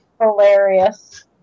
Hilarious